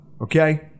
Okay